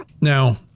Now